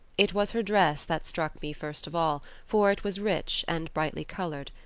it was her dress that struck me first of all, for it was rich and brightly coloured,